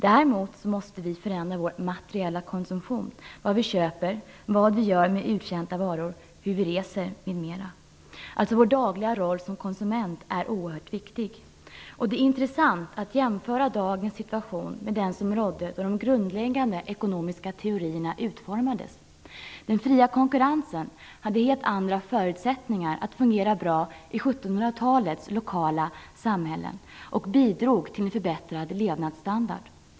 Däremot måste vi förändra vår materiella konsumtion: vad vi köper, vad vi gör med uttjänta varor, hur vi reser m.m. Vår dagliga roll som konsument är oerhört viktig. Det är intressant att jämföra dagens situation med den som rådde då de grundläggande ekonomiska teorierna utformades. Den fria konkurrensen hade helt andra förutsättningar att fungera bra i 1700-talets lokala samhällen och bidrog till en förbättrad levnadsstandard.